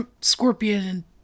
Scorpion